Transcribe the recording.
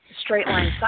straight-line